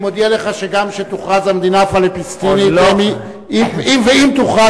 אני מודיע לך שגם כשתוכרז המדינה הפלסטינית ואם תוכרז,